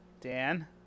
Dan